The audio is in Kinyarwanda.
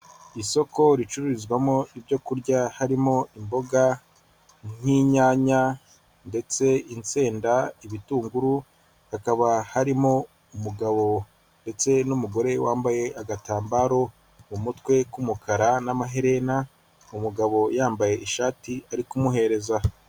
Isoko ricururizwamo ibyo kurya harimo imboga nk'inyanya ndetse insenda, ibitunguru, hakaba harimo umugabo ndetse n'umugore wambaye agatambaro mu mutwe k'umukara n'amaherena, umugabo yambaye ishati ari kumuhereza.